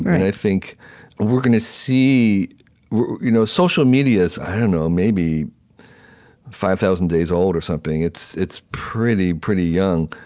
and i think we're gonna see you know social media is, i don't know, maybe five thousand days old or something. it's it's pretty, pretty young.